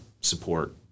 support